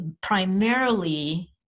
primarily